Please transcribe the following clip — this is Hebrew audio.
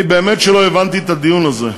באמת שלא הבנתי את הדיון הזה.